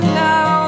now